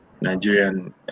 Nigerian